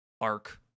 arc